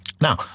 Now